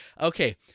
Okay